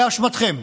באשמתכם,